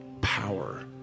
power